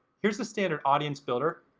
here's the standard audience builder.